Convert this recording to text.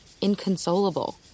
inconsolable